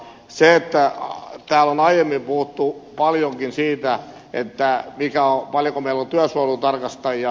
täällä on aiemmin puhuttu paljonkin siitä paljonko meillä on työsuojelutarkastajia